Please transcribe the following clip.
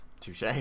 Touche